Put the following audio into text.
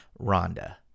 Rhonda